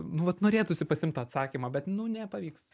nu vat norėtųsi pasiimt tą atsakymą bet nu nepavyks